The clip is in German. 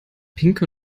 pinke